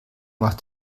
macht